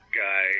guy